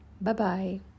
Bye-bye